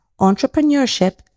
entrepreneurship